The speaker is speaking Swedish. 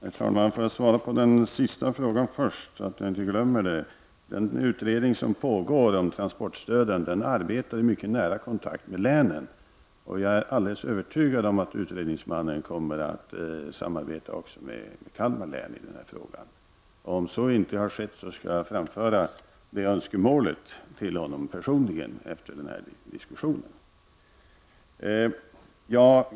Herr talman! Jag vill svara på den sista frågan först så att jag inte glömmer det. Den utredning som pågår om transportstöden arbetar i mycket nära kontakt med länen. Jag är helt övertygad om att utredningsmannen kommer att samarbeta också med Kalmar län när det gäller denna fråga. Om så inte har skett, skall jag personligen framföra detta önskemål till honom efter denna diskussion.